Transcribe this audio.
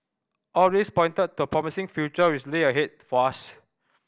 all this pointed to a promising future which lay ahead for us